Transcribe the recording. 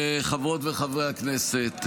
חברות וחברי הכנסת,